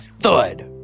thud